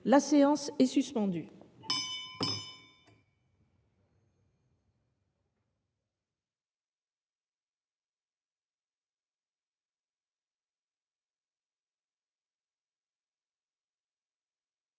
La séance est suspendue.